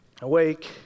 awake